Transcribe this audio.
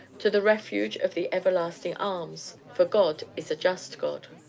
to the refuge of the everlasting arms for god is a just god!